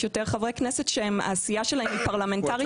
יש הרבה יותר חברי כנסת שהעשייה שלהם היא פרלמנטרית,